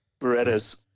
Berettas